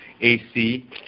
AC